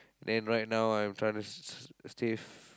then right now I'm trying to s~ save